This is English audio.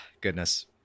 goodness